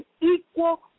equal